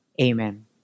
Amen